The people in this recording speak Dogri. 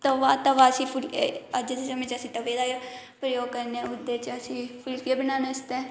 तवा तवा अज्ज दे जमाने च असी तवे दा प्रयोग करने होन्ने ओहदे च असी पुलके बनाने आस्तै